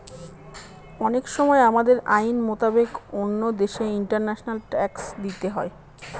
অনেক সময় আমাদের আইন মোতাবেক অন্য দেশে ইন্টারন্যাশনাল ট্যাক্স দিতে হয়